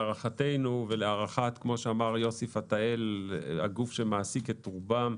להערכתנו ולהערכת יוסי פתאל, הגוף שמעסיק את רובם,